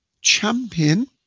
champion